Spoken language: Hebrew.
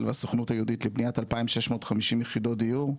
והסוכנות היהודית לבניית 2,650 יחידות דיור,